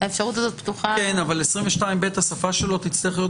האפשרות הזאת פתוחה --- אבל 220ב השפה שלו תצטרך להיות